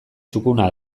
txukuna